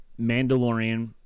Mandalorian